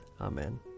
Amen